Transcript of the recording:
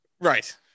Right